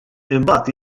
imbagħad